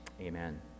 amen